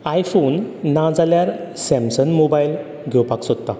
iPhone नाजाल्या Samsung mobile घेवपाक सोदता